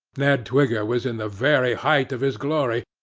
ned twigger was in the very height of his glory,